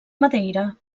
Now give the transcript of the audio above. madeira